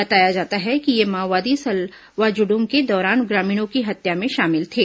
बताया जाता है कि ये माओवादी सलवा जुडूम के दौरान ग्रामीणों की हत्या में शामिल थे